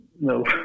No